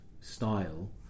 style